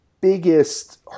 biggest